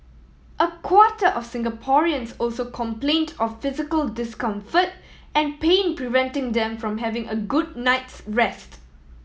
a quarter of Singaporeans also complained of physical discomfort and pain preventing them from having a good night's rest